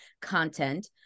content